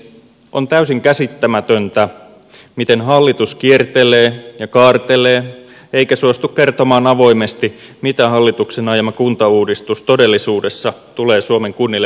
on täysin käsittämätöntä miten hallitus kiertelee ja kaartelee eikä suostu kertomaan avoimesti mitä hallituksen ajama kuntauudistus todellisuudessa tulee suomen kunnille merkitsemään